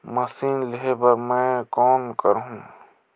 Machine लेहे बर मै कौन करहूं?